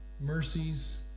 mercies